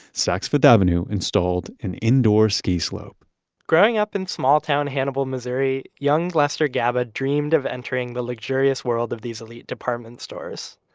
saks fifth avenue installed an indoor ski slope growing up in small town, hannibal, missouri. young lester gaba dreamed of entering the luxurious world of these elite department stores.